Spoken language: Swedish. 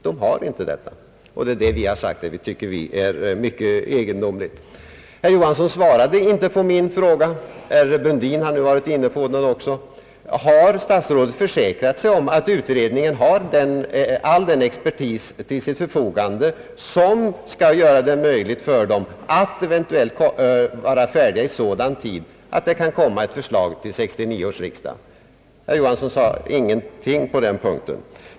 Vi har pekat på detta förhållande och anser det mycket egendomligt. Herr Johansson besvarade inte min fråga, som nu också herr Brundin varit inne på: Har statsrådet försäkrat sig om att utredningen förfogar över all den expertis, som skall göra det möjligt att utredningen eventuellt blir färdig i sådan tid att ett förslag kan föreläggas 1969 års riksdag? Herr Johansson sade ingenting på den punkten.